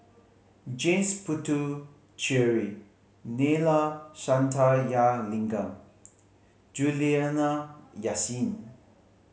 James Puthucheary Neila Sathyalingam Juliana Yasin